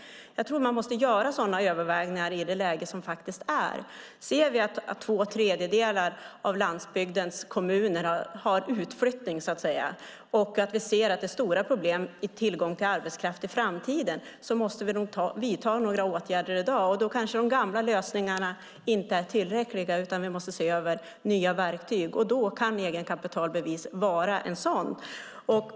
Jag tror att man måste göra sådana överväganden i det läge som är. Ser vi att två tredjedelar av landsbygdens kommuner har utflyttning och att det är stora problem i fråga om tillgång till arbetskraft i framtiden måste vi nog vidta några åtgärder i dag. Då kanske de gamla lösningarna inte är tillräckliga, och vi måste kanske se över nya verktyg. Då kan egenkapitalbevis vara ett sådant.